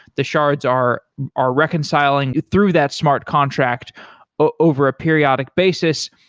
the shards are are reconciling through that smart contract over a periodic basis.